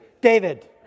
David